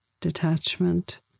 detachment